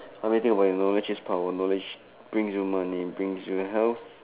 I mean think about it knowledge is power knowledge brings you money brings you health